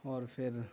اور پھر